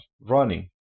running